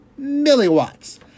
milliwatts